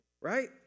Right